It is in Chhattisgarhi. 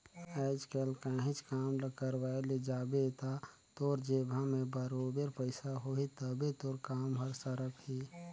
आएज काएल काहींच काम ल करवाए ले जाबे ता तोर जेबहा में बरोबेर पइसा होही तबे तोर काम हर सरकही